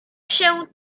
się